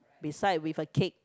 beside with a cake